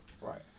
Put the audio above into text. Right